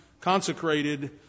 consecrated